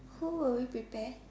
who would we prepare